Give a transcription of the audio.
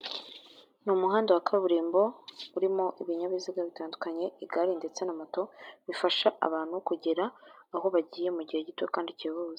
Ni umuhanda wa kaburimbo urimo ibinyabiziga bitandukanye igare ndetse na moto bifasha abantu kugera aho bagiye mu mugihe gito kandi kihuse.